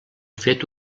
fet